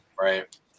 right